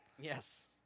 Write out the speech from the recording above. Yes